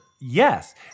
Yes